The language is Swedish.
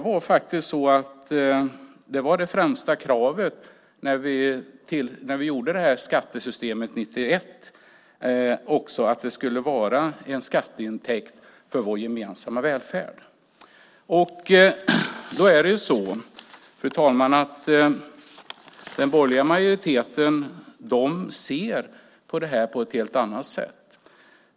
Det främsta kravet när vi skapade det här skattesystemet 1991 var att det skulle vara en skatteintäkt för vår gemensamma välfärd. Fru talman! Den borgerliga majoriteten ser på detta på ett helt annat sätt.